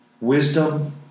wisdom